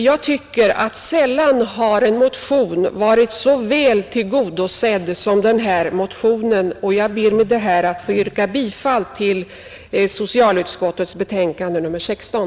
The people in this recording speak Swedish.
Jag tycker att en motion sällan har varit så väl tillgodosedd som den här, och jag ber därför att få yrka bifall till socialutskottets hemställan i betänkande nr 16.